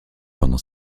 pendant